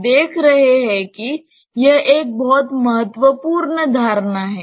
आप देख रहे हैं कि यह एक बहुत महत्वपूर्ण धारणा है